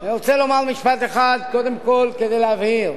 אני רוצה לומר משפט אחד קודם כול כדי להבהיר,